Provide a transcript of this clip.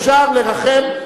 אפשר לרחם,